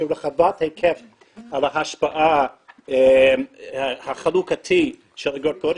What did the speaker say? רחבת היקף על ההשפעה החלוקתית של אגרת גודש,